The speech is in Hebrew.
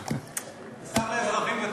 השר לאזרחים ותיקים,